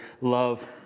love